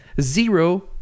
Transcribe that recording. zero